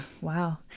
wow